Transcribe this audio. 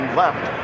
left